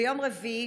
ביום רביעי,